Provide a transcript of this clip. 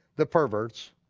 the perverts.